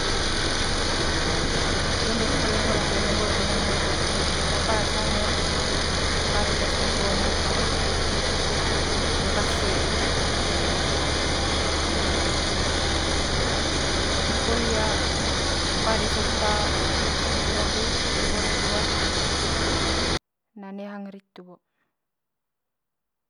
Donde kle ngoy laku toe ma pas hanger pari pas laku one apa'one wase eme poli pari sot situ laku iwor laku ga na one hanger hitu bo.